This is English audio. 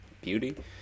beauty